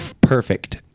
Perfect